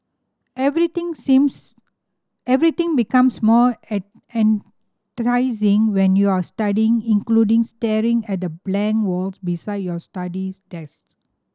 everything seems everything becomes more enticing when you're studying including staring at the blank walls beside your study desk